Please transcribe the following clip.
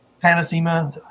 panacea